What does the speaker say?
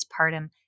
postpartum